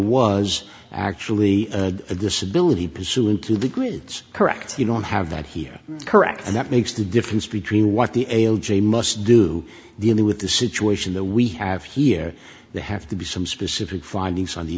was actually a disability pursuant to the greats correct you don't have that here correct and that makes the difference between what the ale jay must do dealing with the situation that we have here they have to be some specific findings on the